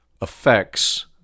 Affects